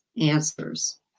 answers